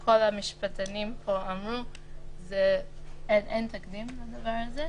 שכל המשפטנים פה אמרו, אין תקדים לדבר הזה.